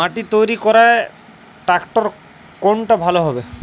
মাটি তৈরি করার ট্রাক্টর কোনটা ভালো হবে?